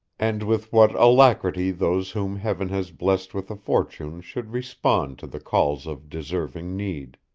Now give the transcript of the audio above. and with what alacrity those whom heaven has blessed with a fortune should respond to the calls of deserving need.